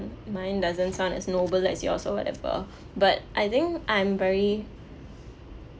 mine doesn't sound as noble as yours or whatever but I think I'm very